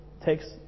Takes